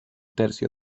tercio